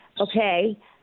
okay